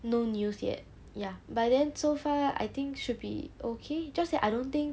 no news yet ya by then so far I think should be okay just that I don't think